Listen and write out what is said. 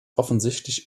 offensichtlich